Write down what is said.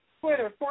Twitter